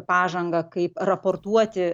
pažangą kaip raportuoti